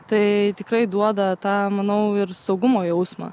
tai tikrai duoda tą manau ir saugumo jausmą